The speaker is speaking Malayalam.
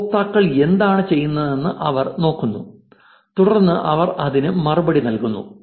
ഉപയോക്താക്കൾ എന്താണ് ചെയ്യുന്നതെന്ന് അവർ നോക്കുന്നു തുടർന്ന് അവർ അതിന് മറുപടി നൽകുന്നു